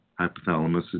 hypothalamus